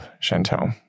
Chantelle